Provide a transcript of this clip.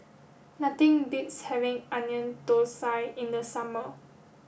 nothing beats having onion thosai in the summer